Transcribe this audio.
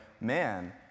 man